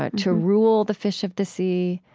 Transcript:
ah to rule the fish of the sea.